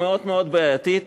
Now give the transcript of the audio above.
מאוד מאוד בעייתית.